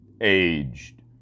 aged